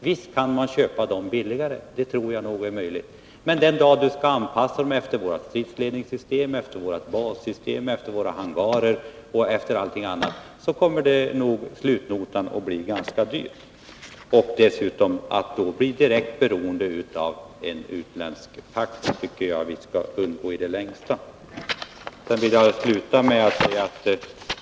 Visst kan man väl köpa sådana plan billigare — det tror jag är möjligt. Men den dag vi skall anpassa dem efter vårt stridsledningssystem, efter våra bassystem, efter våra hangarer och efter allting annat, så kommer nog slutnotan att bli ganska hög. Dessutom tycker jag att vi i det längsta skall försöka undvika att bli direkt beroende av en utländsk faktor.